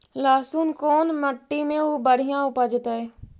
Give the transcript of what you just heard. लहसुन कोन मट्टी मे बढ़िया उपजतै?